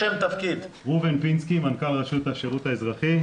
ראובן פינסקי, מנכ"ל רשות השירות האזרחי.